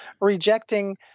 rejecting